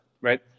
right